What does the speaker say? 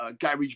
garage